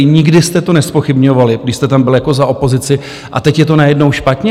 Nikdy jste to nezpochybňovali, když jste tam byl za opozici, a teď je to najednou špatně?